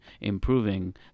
improving